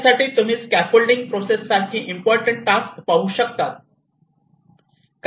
यासाठी तुम्ही scaffolding process सारखी इम्पॉर्टंट टास्क पाहू शकता